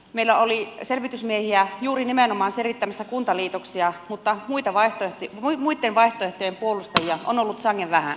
meillä oli selvitysmiehiä juuri nimenomaan selittämässä kuntaliitoksia mutta muitten vaihtoehtojen puolustajia on ollut sangen vähän